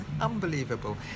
Unbelievable